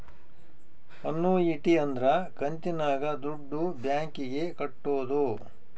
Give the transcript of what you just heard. annuity ಅಂದ್ರ ಕಂತಿನಾಗ ದುಡ್ಡು ಬ್ಯಾಂಕ್ ಗೆ ಕಟ್ಟೋದು